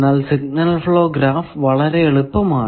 എന്നാൽ signal flow graph വളരെ എളുപ്പമാണ്